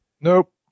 Nope